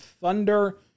Thunder